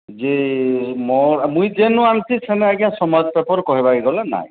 ଯେ ମୋର ମୁଇଁ ଯେନୁ ଆନଛି ସେନୁ ଆଜ୍ଞା ସମାଜ ପେପର୍ କହିବାକେ ଗଲେ ନାଇଁନ